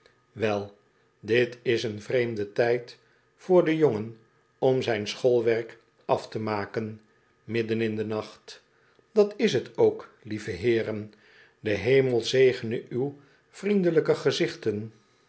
wel dit is een vreemde tijd voor den jongen om zijn schoolwerk af te maken midden in den nacht dat is t ook lieve heeren de hemel zegene uw vriendelijke gezichten